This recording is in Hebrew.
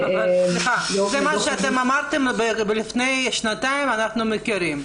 סליחה, מה שאמרתם לפני שנתיים אנחנו מכירים.